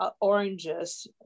oranges